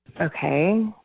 Okay